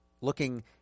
looking